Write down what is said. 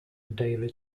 david